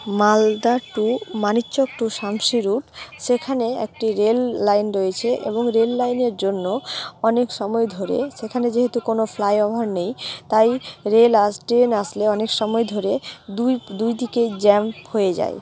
Malda to Manikchak to Samsi route সেখানে একটি rail line রয়েছে এবং রেল লাইনের জন্য অনেক সময় ধরে সেখানে যেহেতু কোনো ফ্লাইওভার নেই তাই রেল আস ট্রেন আসলে অনেক সময় ধরে দুই দুই দিকে জ্যাম্প হয়ে যায়